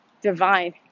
divine